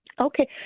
Okay